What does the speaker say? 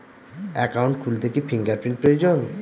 Account খুলতে কি fingerprint প্রয়োজন?